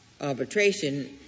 arbitration